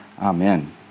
Amen